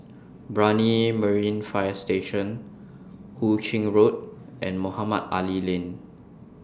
Brani Marine Fire Station Hu Ching Road and Mohamed Ali Lane